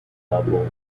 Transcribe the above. double